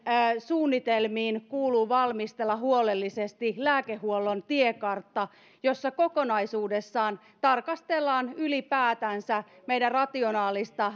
suunnitelmiin kuuluu valmistella huolellisesti lääkehuollon tiekartta jossa kokonaisuudessaan tarkastellaan ylipäätänsä meidän rationaalista